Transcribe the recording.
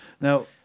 Now